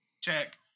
check